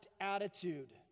attitude